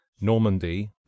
normandy